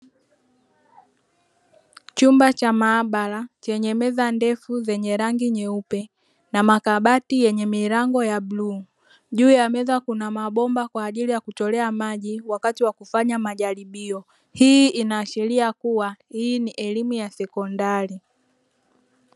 Chumba cha maabara chenye meza ndefu zenye rangi nyeupe na makabati yenye milango ya bluu. Juu ya meza kuna mabomba kwa ajili ya kutolea maji wakati wa kufanya majaribio. Hii inaashiria kuwa hii ni elimu ya sekondari.